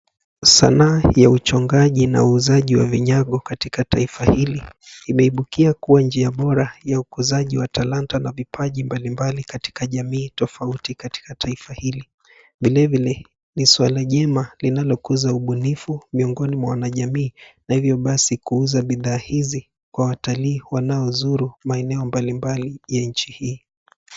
Sanaa ya uchongaji na uuzaji wa vinyago katika taifa hili, imeibukia kuwa njia bora ya ukuzaji wa talanta na vipaji mbalimbali katika jamii tofauti katika taifa hili. Vilevile ni swala jema linalokuza ubunifu miongoni mwa wanajamii, na hivyo basi kuuza bidhaa hizi kwa watalii wanaozuru maeneo mbalimbali ya nchi hii.